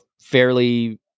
fairly